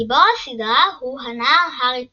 גיבור הסדרה הוא הנער הארי פוטר.